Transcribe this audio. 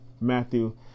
Matthew